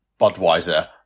Budweiser